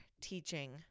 teaching